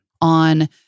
on